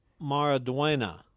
Maraduena